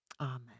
Amen